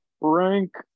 Rank